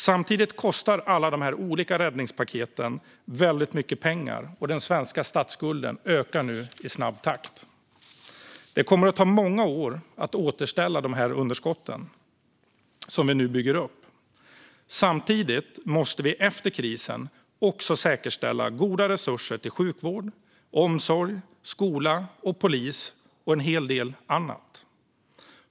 Samtidigt kostar alla de olika räddningspaketen väldigt mycket pengar, och den svenska statsskulden ökar nu i snabb takt. Det kommer att ta många år att återställa de underskott som vi nu bygger upp. Även efter krisen måste vi säkerställa goda resurser till sjukvård, omsorg, skola, polis och en hel del annat.